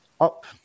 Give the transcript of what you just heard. up